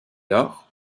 lors